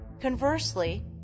Conversely